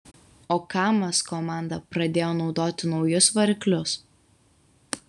o kamaz komanda pradėjo naudoti naujus variklius